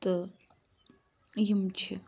تہٕ یِم چھِ